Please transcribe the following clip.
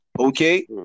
okay